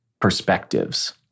perspectives